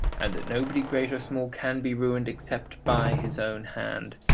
and that nobody great or small can be ruined except by his own hand.